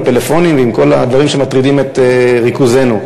עם הפלאפונים וכל הדברים שמטרידים את ריכוזנו.